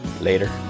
later